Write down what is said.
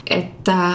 että